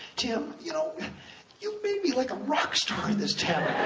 tim, you know you've made me like a rock star in this town.